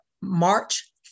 March